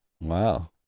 Wow